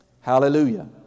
Hallelujah